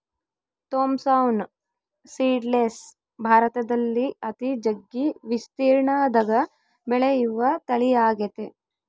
Thompson seedless ಭಾರತದಲ್ಲಿ ಅತಿ ಜಗ್ಗಿ ವಿಸ್ತೀರ್ಣದಗ ಬೆಳೆಯುವ ತಳಿಯಾಗೆತೆ